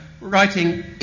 writing